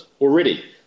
already